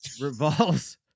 revolves